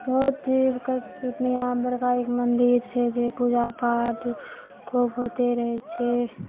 बहुत नीक पूर्णियाँमे बड़का एक मन्दिर छै जे पूजा पाठ खूब होइते रहै छै